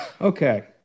okay